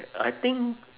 I think